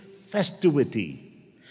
festivity